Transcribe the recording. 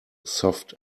soft